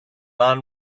man